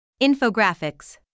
Infographics